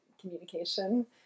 communication